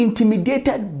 Intimidated